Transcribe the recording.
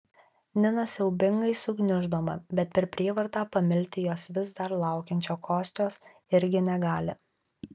nina siaubingai sugniuždoma bet per prievartą pamilti jos vis dar laukiančio kostios irgi negali